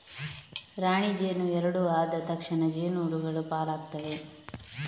ರಾಣಿ ಜೇನು ಎರಡು ಆದ ತಕ್ಷಣ ಜೇನು ಹುಳಗಳು ಪಾಲಾಗ್ತವೆ